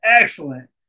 excellent